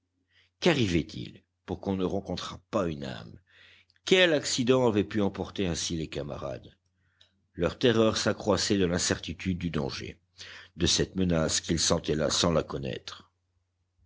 quarrivait il pour qu'on ne rencontrât pas une âme quel accident avait pu emporter ainsi les camarades leur terreur s'accroissait de l'incertitude du danger de cette menace qu'ils sentaient là sans la connaître